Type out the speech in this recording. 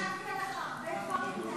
האמת שחשבתי עליך הרבה דברים,